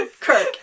Kirk